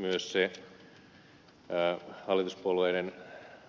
myös se hallituspuolueiden